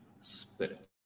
spirit